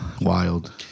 wild